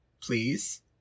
please